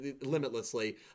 limitlessly